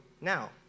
now